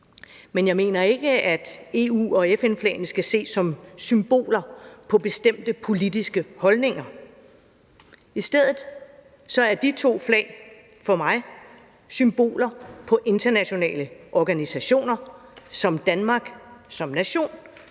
Men jeg mener ikke, at EU- og FN-flagene skal ses som symboler på bestemte politiske holdninger. I stedet er de to flag for mig symboler på internationale organisationer, som Danmark som nation